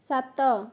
ସାତ